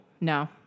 No